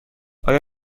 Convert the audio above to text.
آیا